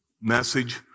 message